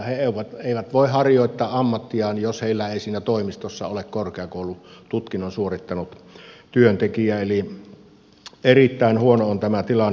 he eivät voi harjoittaa ammattiaan jos heillä ei siinä toimistossa ole korkeakoulututkinnon suorittanutta työntekijää eli erittäin huono on tämä tilanne